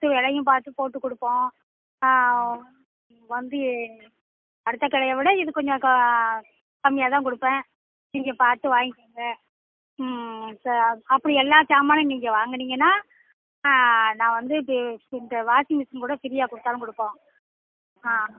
பார்த்து விலையும் பார்த்து போட்டு கொடுப்போம் வந்து அடுத்த கடையை விட இது கொஞ்சம் க கம்மியாக தான் கொடுப்பேன் நீங்கள் பார்த்து வாங்கிக்கோங்க அப்படி எல்லா ஜமானும் நீங்கள் வாங்குனீங்கன்னா நான் வந்து இப்போ இந்த வாஷிங் மிஷின் கூட ஃப்ரீயாக கொடுத்தாலும் கொடுப்போம் ஆ